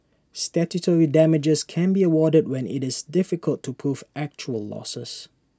statutory damages can be awarded when IT is difficult to prove actual losses